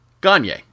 Gagne